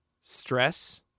stress